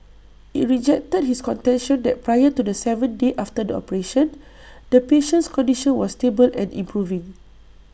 IT rejected his contention that prior to the seventh day after the operation the patient's condition was stable and improving